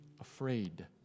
afraid